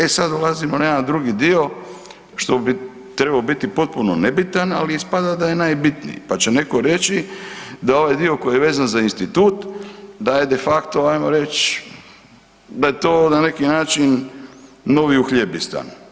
E sad dolazimo na jedan drugi dio što bi trebao biti potpuno nebitan, ali ispada da je najbitniji pa će netko reći da ovaj dio koji je vezan za institut da je de facto ajmo reći da je to na neki način novi uhljebistan.